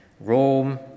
Rome